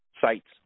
sites